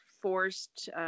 forced